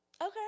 Okay